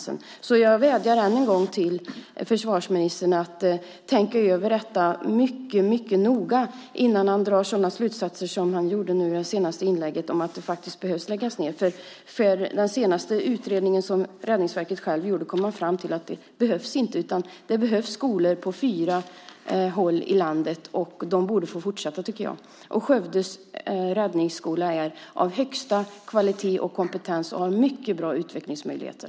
Jag vädjar ytterligare en gång till försvarsministern att tänka över detta mycket noga innan han drar sådana slutsatser som han gjorde i det senaste inlägget, att det behöver läggas ned skolor. I den senaste utredning som Räddningsverket gjorde kom man fram till att det inte behövs. Det behövs skolor på fyra håll i landet, och de borde få fortsätta, tycker jag. Skövdes räddningsskola är av högsta kvalitet och kompetens och har mycket bra utvecklingsmöjligheter.